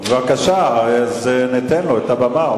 אז בבקשה, ניתן לו את הבמה.